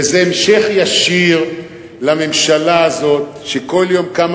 וזה המשך ישיר לממשלה הזאת שכל יום קמה